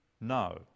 No